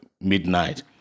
midnight